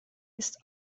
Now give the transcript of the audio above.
ist